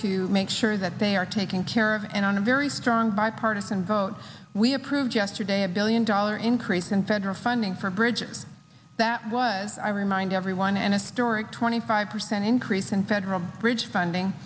to make sure that they are taking care of and on a very strong bipartisan votes we approved yesterday a billion dollar increase in federal funding for bridges that was i remind everyone and historic twenty five percent increase in federal bridge funding